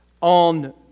on